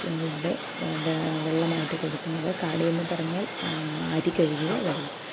ഏറ്റവും കൂടുതൽ വെ വെള്ളമായിട്ടു കൊടുക്കുന്നത് കാടിൽ നിന്നു പറഞ്ഞാൽ അരി കഴുകിയ വെള്ളം